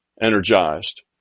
energized